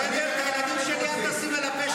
-- אל תדבר על הילדים שלי, בסדר?